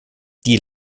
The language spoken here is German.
die